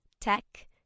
Tech